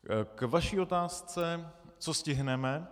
K vaší otázce co stihneme?